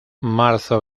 marzo